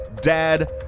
dad